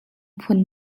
phun